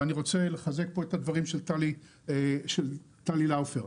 ואני רוצה לחזק פה את הדברים של טלי לאופר: